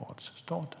Vänern.